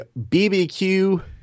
BBQ